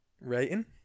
Rating